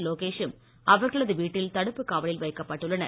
லோகேசும் அவர்களது வீட்டில் தடுப்பு காவலில் வைக்கப்பட்டுள்ளனர்